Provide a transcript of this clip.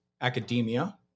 academia